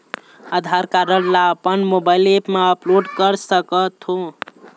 आधार card ला अपन mobile app मा अपलोड कर सकथों?